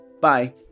Bye